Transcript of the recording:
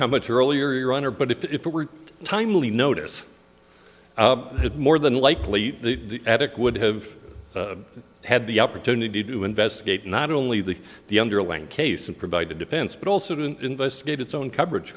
how much earlier on are but if it were timely notice had more than likely the attic would have had the opportunity to investigate not only the the underlying case and provide a defense but also didn't investigate its own coverage